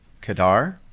Kadar